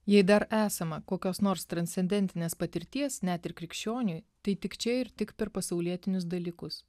jei dar esama kokios nors transcendentinės patirties net ir krikščioniui tai tik čia ir tik per pasaulietinius dalykus